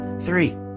Three